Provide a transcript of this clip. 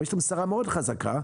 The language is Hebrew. אבל יש לו שרה מאוד חזקה.